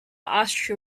ashtray